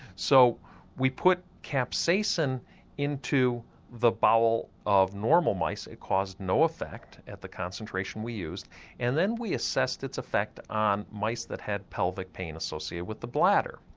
so we put capsaicin into the bowel of normal mice, it caused no effect at the concentration we used and then we assessed its effect on mice that had pelvic pain associated with the bladder.